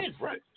Right